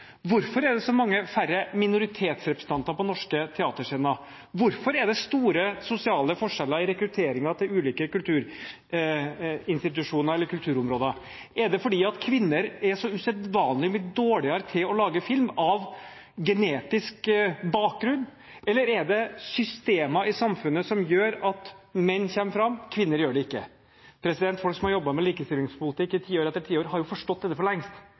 hvorfor er det så mange færre minoritetsrepresentanter på norske teaterscener, hvorfor er det store sosiale forskjeller i rekrutteringen til ulike kulturinstitusjoner eller kulturområder? Er det fordi kvinner er så usedvanlig mye dårligere til å lage film av genetisk bakgrunn, eller er det systemer i samfunnet som gjør at menn kommer fram, og kvinner ikke gjør det? Folk som har jobbet med likestillingspolitikk i tiår etter tiår, har jo forstått dette for lengst,